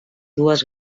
dues